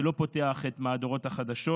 זה לא פותח את מהדורות החדשות.